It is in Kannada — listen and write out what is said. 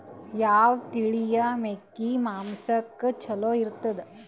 ಯಾವ ತಳಿಯ ಮೇಕಿ ಮಾಂಸಕ್ಕ ಚಲೋ ಇರ್ತದ?